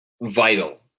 vital